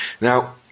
Now